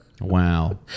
Wow